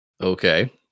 Okay